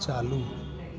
चालू